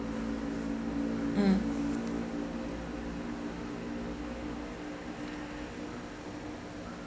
mm